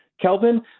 Kelvin